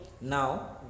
now